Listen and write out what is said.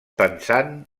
pensant